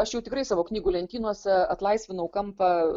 aš jau tikrai savo knygų lentynose atlaisvinau kampą